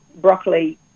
broccoli